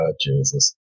Jesus